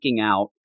out